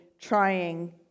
trying